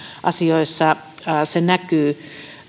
asioissa se näkyy